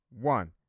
one